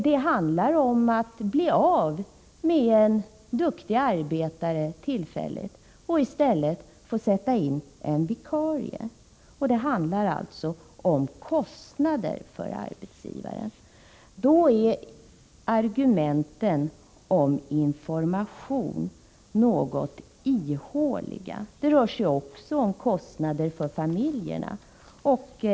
Det handlar om att tillfälligt mista en duktig arbetare och i stället tvingas sätta in en vikarie. Det handlar alltså om kostnader för arbetsgivaren. Då är argumenten om information något ihåliga. Det rör sig också om kostnader för familjer.